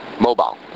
mobile